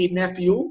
nephew